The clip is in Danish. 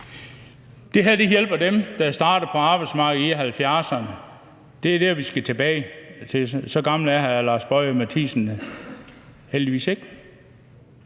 Det her hjælper dem, der er startet på arbejdsmarkedet i 1970'erne. Det er der, vi skal tilbage til. Så gammel er hr. Lars Boje Mathiesen heldigvis ikke.